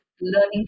learning